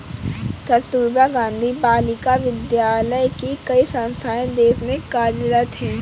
कस्तूरबा गाँधी बालिका विद्यालय की कई संस्थाएं देश में कार्यरत हैं